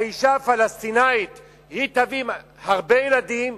האשה הפלסטינית תביא הרבה ילדים